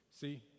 See